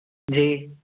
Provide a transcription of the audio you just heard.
जी